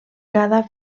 cada